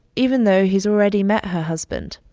even though he's already met her husband.